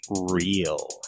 Real